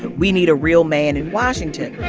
we need a real man in washington